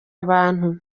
abantu